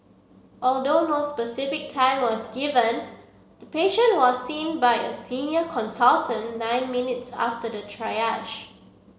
although no specific time was given the patient was seen by a senior consultant nine minutes after the triage